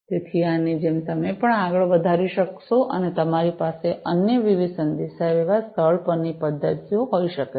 તેથી આની જેમ તમે તેને પણ આગળ વધારી શકશો અને તમારી પાસે અન્ય વિવિધ સંદેશાવ્યવહાર સ્થળ પરની પદ્ધતિઓ હોઈ શકે છે